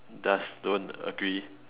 does don't agree